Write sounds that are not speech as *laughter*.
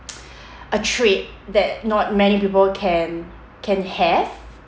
*noise* a trait that not many people can can have